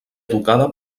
educada